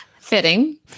Fitting